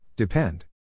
Depend